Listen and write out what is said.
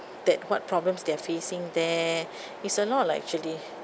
that what problems they are facing there it's a lot lah actually